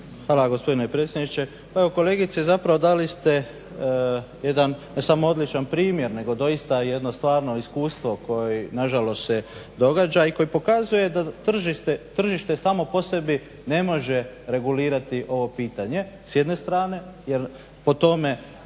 vam gospodine predsjedniče. Pa evo kolegice zapravo samo jedan odličan primjer nego doista jedno stvarno iskustvo koje nažalost se događa i koje pokazuje da tržište samo po sebi ne može regulirati ovo pitanje s jedne strane jer po tome